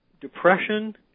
depression